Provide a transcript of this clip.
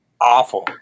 awful